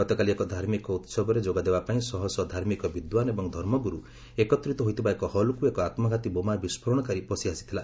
ଗତକାଲି ଏକ ଧାର୍ମିକ ଉହବରେ ଯୋଗଦେବା ପାଇଁ ଶହଶହ ଧାର୍ମିକ ବିଦ୍ୱାନ ଏବଂ ଧର୍ମଗୁରୁ ଏକତ୍ରିତ ହୋଇଥିବା ଏକ ହଲ୍କୁ ଏକ ଆତ୍ମଘାତୀ ବୋମା ବିସ୍ଫୋରଣକାରୀ ପଶିଆସିଥିଲା